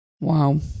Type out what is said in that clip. Wow